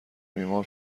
بیمار